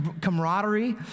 camaraderie